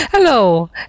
Hello